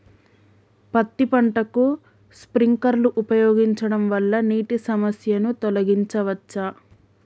పత్తి పంటకు స్ప్రింక్లర్లు ఉపయోగించడం వల్ల నీటి సమస్యను తొలగించవచ్చా?